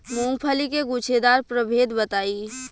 मूँगफली के गूछेदार प्रभेद बताई?